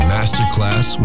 Masterclass